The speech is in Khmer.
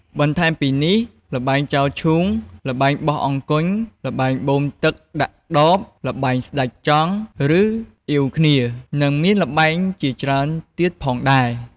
បន្ថែមពីនេះ ល្បែងចោលឈូង ល្បែបោះអង្គញ់ ល្បែងបូមទឹកដាក់ដប ល្បែងស្តេចចង់ ឬអៀវគ្នា និងមានល្បែងជាច្រើនទៀតផងដែរ។